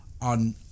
on